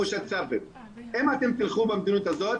אם אתם תלכו במדיניות הזאת